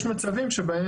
יש מצבים שבהם